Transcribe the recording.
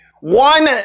one